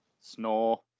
Snore